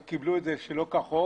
שקיבלו את זה שלא כחוק,